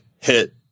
hit